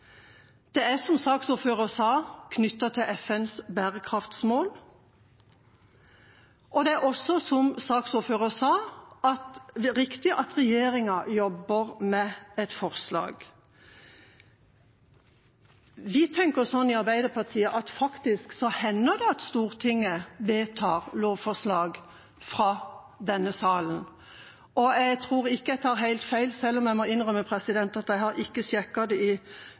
Det er, som saksordføreren sa, knyttet til FNs bærekraftsmål, og det er også, som saksordføreren sa, riktig at regjeringa jobber med et forslag. Vi tenker slik i Arbeiderpartiet at det faktisk hender at Stortinget vedtar lovforslag fra denne salen, og jeg tror ikke jeg tar helt feil – selv om jeg må innrømme at jeg ikke har sjekket det i